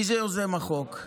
מי זה יוזם החוק?